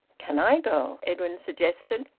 can i go? edwin suggested.